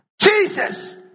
Jesus